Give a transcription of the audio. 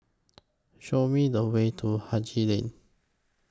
Show Me The Way to Haji Lane